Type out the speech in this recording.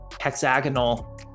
hexagonal